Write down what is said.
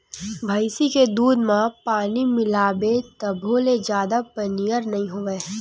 भइसी के दूद म पानी मिलाबे तभो ले जादा पनियर नइ होवय